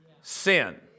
sin